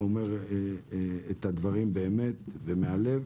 הוא אומר את הדברים באמת, ומהלב.